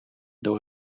door